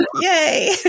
Yay